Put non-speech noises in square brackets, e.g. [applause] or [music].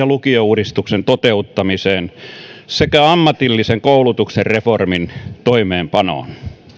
[unintelligible] lukiouudistuksen toteuttamiseen sekä ammatillisen koulutuksen reformin toimeenpanoon